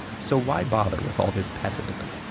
so why bother with all this pessimism?